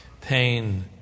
pain